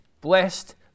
Blessed